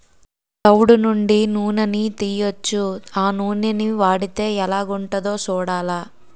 తవుడు నుండి నూనని తీయొచ్చు ఆ నూనని వాడితే ఎలాగుంటదో సూడాల